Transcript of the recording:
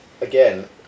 Again